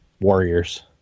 Warriors